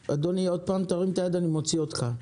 אדוני, אם עוד פעם תרים את היד אני אוציא אותך.